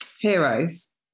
Heroes